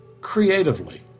creatively